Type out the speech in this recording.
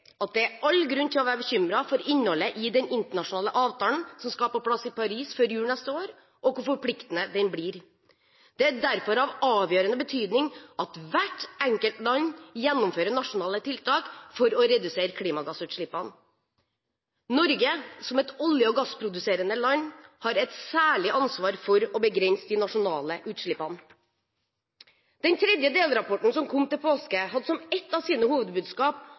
at det er all grunn til å være bekymret for innholdet i den internasjonale avtalen som skal på plass i Paris før jul neste år, og for hvor forpliktende den blir. Det er derfor av avgjørende betydning at hvert enkelt land gjennomfører nasjonale tiltak for å redusere klimagassutslippene. Norge, som et olje- og gassproduserende land, har et særlig ansvar for å begrense de nasjonale utslippene. Den tredje delrapporten, som kom til påske, hadde som ett av sine hovedbudskap